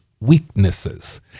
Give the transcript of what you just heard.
weaknesses